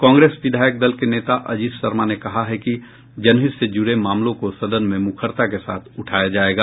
कांग्रेस विधायक दल के नेता अजीत शर्मा ने कहा है कि जनहित से जुड़े मामलों को सदन में मुखरता के साथ उठाया जायेगा